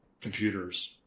computers